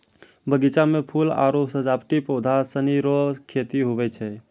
बगीचा मे फूल आरु सजावटी पौधा सनी रो खेती हुवै छै